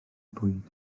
bwyd